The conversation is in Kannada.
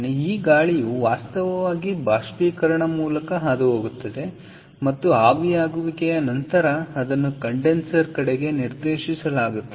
ಆದ್ದರಿಂದ ಈ ಗಾಳಿಯು ವಾಸ್ತವವಾಗಿ ಬಾಷ್ಪೀಕರಣದ ಮೂಲಕ ಹಾದುಹೋಗುತ್ತದೆ ಮತ್ತು ಆವಿಯಾಗುವಿಕೆಯ ನಂತರ ಅದನ್ನು ಕಂಡೆನ್ಸರ್ ಕಡೆಗೆ ನಿರ್ದೇಶಿಸಲಾಗುತ್ತದೆ